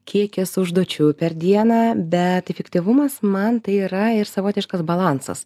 kiekis užduočių per dieną bet efktyvumas man tai yra ir savotiškas balansas